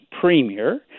premier